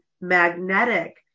magnetic